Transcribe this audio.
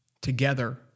together